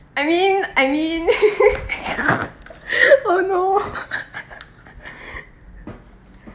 I mean I mean oh no